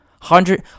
hundred